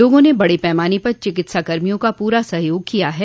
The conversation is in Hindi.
लागों ने बड़े पैमाने पर चिकित्सा कर्मियों का पूरा सहयोग किया है